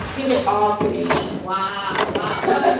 give it all to me wow. wow.